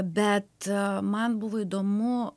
bet man buvo įdomu